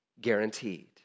guaranteed